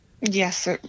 Yes